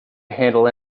handle